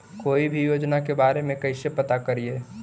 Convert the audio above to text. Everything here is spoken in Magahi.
कोई भी योजना के बारे में कैसे पता करिए?